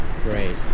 great